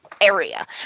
area